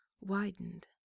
widened